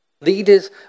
Leaders